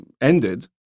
ended